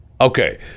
Okay